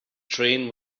train